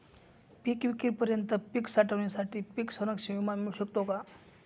पिकविक्रीपर्यंत पीक साठवणीसाठी पीक संरक्षण विमा मिळू शकतो का?